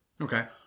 Okay